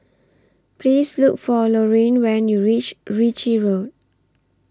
Please Look For Lorine when YOU REACH REACH Ritchie Road